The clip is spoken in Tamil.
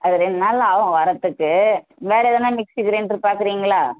அது ரெண்டு நாள் ஆகும் வரத்துக்கு வேற எதனால் மிக்சி கிரைண்டரு பார்க்குறீங்களா